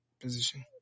position